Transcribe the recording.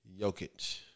Jokic